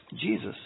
Jesus